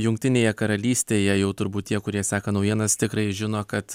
jungtinėje karalystėje jau turbūt tie kurie seka naujienas tikrai žino kad